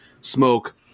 smoke